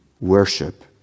worship